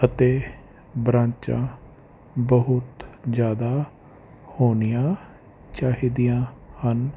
ਅਤੇ ਬਰਾਂਚਾਂ ਬਹੁਤ ਜ਼ਿਆਦਾ ਹੋਣੀਆਂ ਚਾਹੀਦੀਆਂ ਹਨ